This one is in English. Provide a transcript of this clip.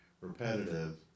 repetitive